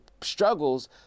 struggles